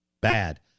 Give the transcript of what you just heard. bad